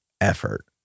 effort